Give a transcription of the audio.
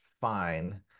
fine